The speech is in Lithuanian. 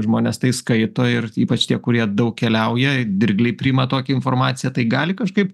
žmones tai skaito ir ypač tie kurie daug keliauja dirgliai priima tokią informaciją tai gali kažkaip